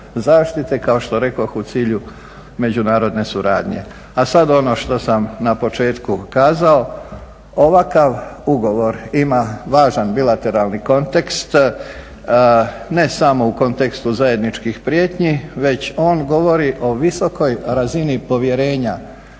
zaštite kao što rekoh u cilju međunarodne suradnje. A sada ono što sam na početku kazao. Ovakav ugovor ima važan bilateralni kontekst, ne samo u kontekstu zajedničkih prijetnji već on govori o visokoj razini povjerenja